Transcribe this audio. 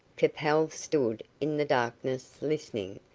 capel stood in the darkness listening,